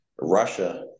Russia